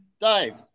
Dave